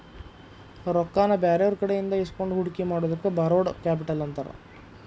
ರೊಕ್ಕಾನ ಬ್ಯಾರೆಯವ್ರಕಡೆಇಂದಾ ಇಸ್ಕೊಂಡ್ ಹೂಡ್ಕಿ ಮಾಡೊದಕ್ಕ ಬಾರೊಡ್ ಕ್ಯಾಪಿಟಲ್ ಅಂತಾರ